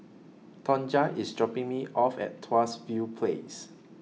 Tonja IS dropping Me off At Tuas View Place